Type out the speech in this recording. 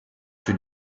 für